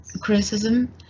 criticism